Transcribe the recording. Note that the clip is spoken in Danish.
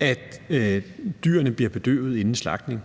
at dyrene bliver bedøvet inden slagtning.